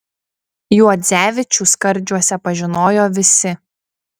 juodzevičių skardžiuose pažinojo visi